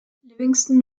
livingston